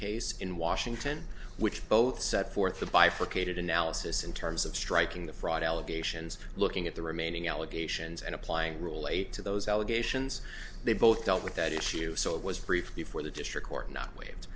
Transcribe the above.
case in washington which both set forth a bifurcated analysis in terms of striking the fraud allegations looking at the remaining allegations and applying rule eight to those allegations they both dealt with that issue so it was brief before the district court not waived